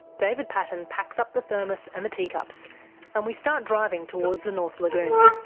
david paton packs up the thermos and the teacups and we start driving towards the north lagoon.